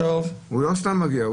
הוא לא סתם מגיע.